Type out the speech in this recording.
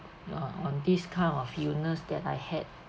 on on this kind of illness that I had